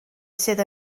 sydd